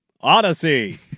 Odyssey